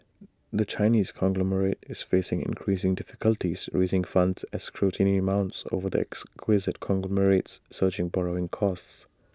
the Chinese conglomerate is facing increasing difficulties raising funds as scrutiny mounts over the acquisitive conglomerate's surging borrowing costs